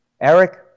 Eric